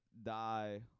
Die